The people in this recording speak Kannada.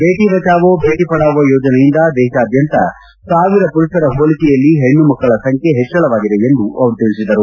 ಬೇಟಿ ಬಚಾವೋ ಬೇಟಿ ಪಡಾವೋ ಯೋಜನೆಯಿಂದ ದೇಶಾದ್ಯಂತ ಸಾವಿರ ಪುರುಷರ ಹೋಲಿಕೆಯಲ್ಲಿ ಹೇಣ್ಣು ಮಕ್ಕಳ ಸಂಖ್ಯೆ ಹೆಚ್ಚಳವಾಗಿದೆ ಎಂದು ತಿಳಿಸಿದರು